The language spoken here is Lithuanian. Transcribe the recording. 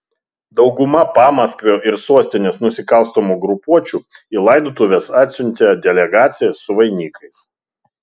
dauguma pamaskvio ir sostinės nusikalstamų grupuočių į laidotuves atsiuntė delegacijas su vainikais